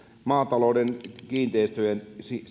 maatalouden kiinteistöjen